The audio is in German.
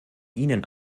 ihnen